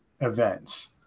events